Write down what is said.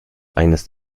eines